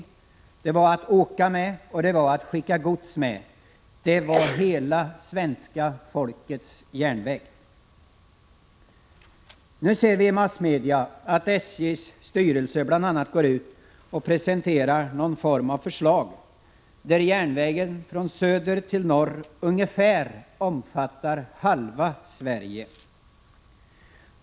De kom till för att resa med och för att skicka gods med. Det var hela svenska folkets järnväg. Nu ser vi i massmedia att SJ:s styrelse bl.a. går ut och presenterar någon form av förslag, där järnvägen från söder till norr ungefär omfattar halva Sverige.